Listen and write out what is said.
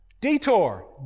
Detour